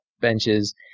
benches